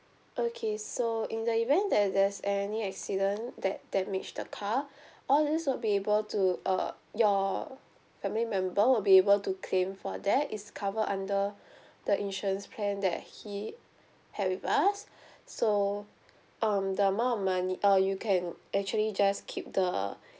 okay so in the event that there's any accident that damage the car all these will be able to uh your family member will be able to claim for that it's cover under the insurance plan that he had with us so um the amount of money uh you can actually just keep the